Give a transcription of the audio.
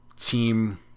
team